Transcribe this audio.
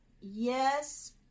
yes